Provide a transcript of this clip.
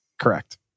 Correct